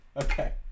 okay